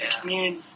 community